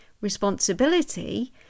responsibility